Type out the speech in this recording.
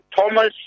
Thomas